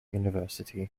university